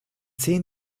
zehn